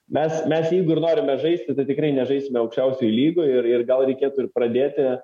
mes mes jeigu ir norime žaisti tai tikrai nežaisime aukščiausioj lygoj ir ir gal reikėtų ir pradėti